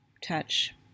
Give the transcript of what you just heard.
touch